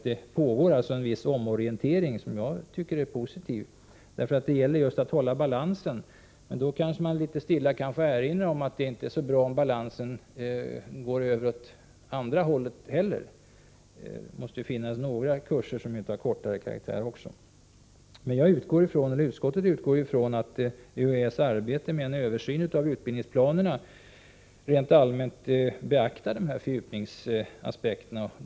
Det pågår alltså en viss omorientering, som jag tycker är positiv. Det gäller ju just att hålla balansen! Men låt mig då litet stilla erinra om att det inte heller är så bra att tyngdpunkten går över åt andra hållet. Det måste finnas kortare kurser också. Utskottsmajoriteten utgår från att UHÄ:s översyn av utbildningsplanerna rent allmänt beaktar fördjupningsaspekterna.